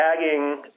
tagging